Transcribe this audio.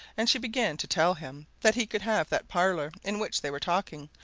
and she began to tell him that he could have that parlour in which they were talking,